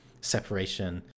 separation